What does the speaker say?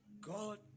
God